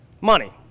money